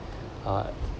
uh